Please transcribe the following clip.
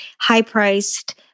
high-priced